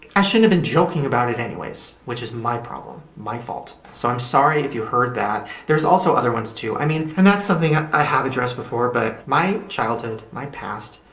i shouldn't have been joking about it anyways which is my problem, my fault, so i'm sorry if you heard that. there's also other ones too, i mean, and that's something i i have addressed before but my childhood, my past,